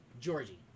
Georgie